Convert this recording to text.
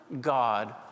God